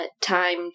time